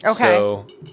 Okay